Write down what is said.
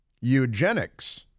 eugenics